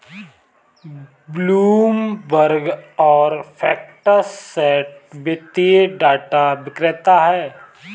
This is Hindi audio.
ब्लूमबर्ग और फैक्टसेट वित्तीय डेटा विक्रेता हैं